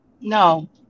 no